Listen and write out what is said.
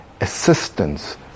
assistance